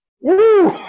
Woo